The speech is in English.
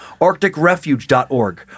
ArcticRefuge.org